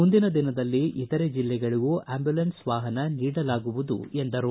ಮುಂದಿನ ದಿನದಲ್ಲಿ ಇತರೆ ಜಿಲ್ಲೆಗಳಿಗೂ ಅಂಬುಲೆನ್ಸ್ ವಾಹನ ನೀಡಲಾಗುವುದು ಎಂದರು